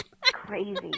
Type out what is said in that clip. crazy